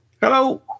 Hello